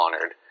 honored